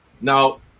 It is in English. now